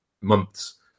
months